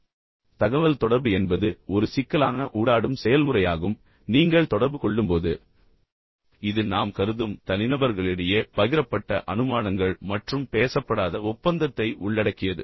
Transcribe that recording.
எனவே தகவல் தொடர்பு என்பது ஒரு சிக்கலான ஊடாடும் செயல்முறையாகும் எனவே நீங்கள் தொடர்பு கொள்ளும்போது இது நாம் கருதும் தனிநபர்களிடையே பகிரப்பட்ட அனுமானங்கள் மற்றும் பேசப்படாத ஒப்பந்தத்தை உள்ளடக்கியது